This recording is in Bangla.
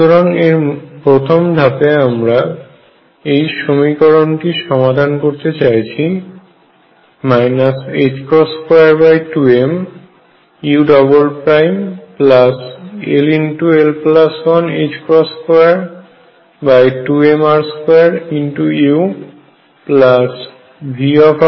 সুতরাং এর প্রথম ধাপে আমরা এই সমীকরণটি সমাধান করতে চাইছি 22mull122mr2uVruEu